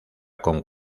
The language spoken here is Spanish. con